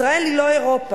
ישראל היא לא אירופה.